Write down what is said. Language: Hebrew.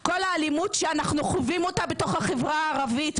כל האלימות שאנחנו חווים בחברה הערבית,